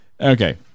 Okay